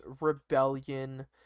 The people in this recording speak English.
Rebellion